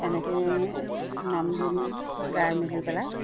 এনেকৈয়ে নাম গুণ গাই মেলি পেলাই